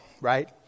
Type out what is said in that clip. right